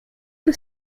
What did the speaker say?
que